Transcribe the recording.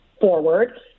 forward